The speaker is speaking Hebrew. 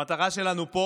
המטרה שלנו פה